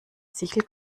sichel